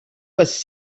was